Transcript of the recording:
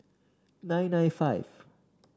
nine nine five